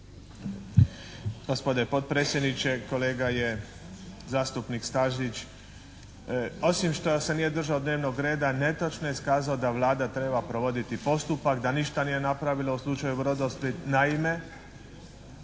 Gospodine potpredsjedniče, kolega je zastupnik Stazić osim što se nije držao dnevnog reda netočno iskazao da Vlada treba provoditi postupak, da ništa nije napravila u slučaju Brodosplit. Naime,